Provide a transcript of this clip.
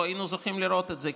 לא היינו זוכים לראות את זה,